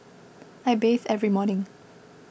I bathe every morning